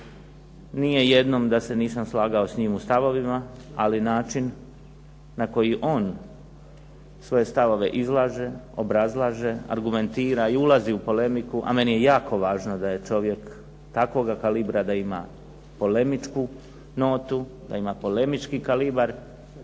nije jednom da se nisam slagao s njim u stavovima, ali način na koji on svoje stavove izlaže, obrazlaže, argumentira i ulazi u polemiku, a meni je jako važno da je čovjek takvoga kalibra da ima polemičku notu, da ima polemički kalibar